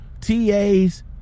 TA's